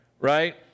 Right